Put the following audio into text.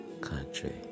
Country